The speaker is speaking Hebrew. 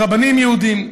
עם רבנים יהודים,